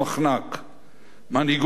מנהיגות שמסרטטת ביד